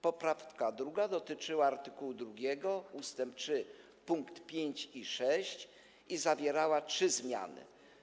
Poprawka druga dotyczyła art. 2 ust. 3 pkt 5 i 6 i zawierała trzy zmiany.